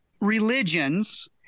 religions –